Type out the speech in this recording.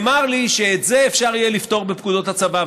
שאת זה אפשר יהיה לפתור בפקודות הצבא.